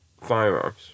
firearms